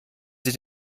sie